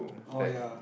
oh ya